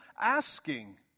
asking